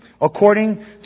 according